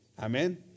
Amen